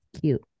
Cute